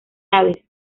aves